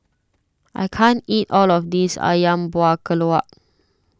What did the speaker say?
I can't eat all of this Ayam Buah Keluak